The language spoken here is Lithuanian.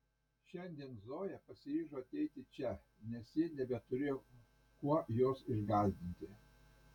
šiandien zoja pasiryžo ateiti čia nes jis nebeturėjo kuo jos išgąsdinti